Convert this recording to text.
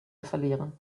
verlieren